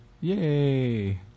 Yay